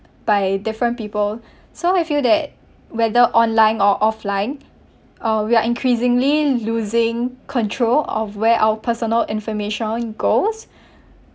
by different people so I feel that whether online or offline uh we are increasingly losing control of where our personal information goes